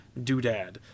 doodad